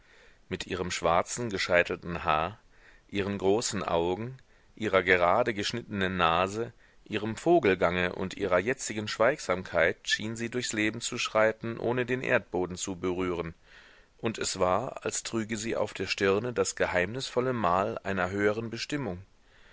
mit ihrem schwarzen gescheitelten haar ihren großen augen ihrer gerade geschnittenen nase ihrem vogelgange und ihrer jetzigen schweigsamkeit schien sie durchs leben zu schreiten ohne den erdboden zu berühren und es war als trüge sie auf der stirne das geheimnisvolle mal einer höheren bestimmung